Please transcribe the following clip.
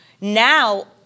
Now